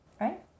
right